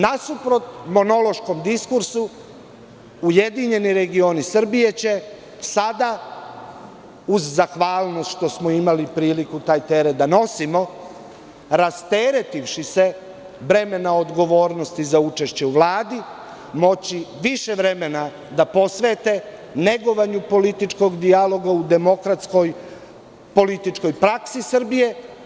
Nasuprot monološkom diskursu, URS će sada, uz zahvalnost što smo imali priliku taj teret da nosimo, rasteretivši se bremena odgovornosti za učešće u Vladi, moći više vremena da posvete negovanju političkog dijaloga u demokratskoj političkoj praksi Srbije.